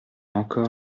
encore